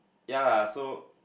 yeah lah so